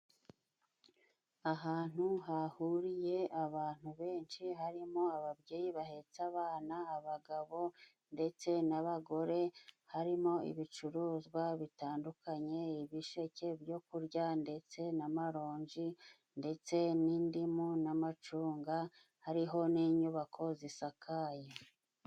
Ahantu hahuriye abantu benshi harimo ababyeyi bahetse abana ,abagabo ndetse n'abagore harimo ibicuruzwa bitandukanye ibisheke byo kurya ndetse n'amaronji ndetse n'indimu n'amacunga hariho n'inyubako zisakaye.